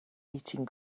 eating